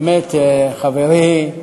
באמת, חברי,